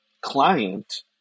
client